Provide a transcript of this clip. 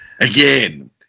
again